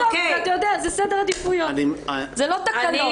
בסוף זה סדר עדיפויות, זה לא תקלות.